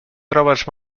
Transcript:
trobes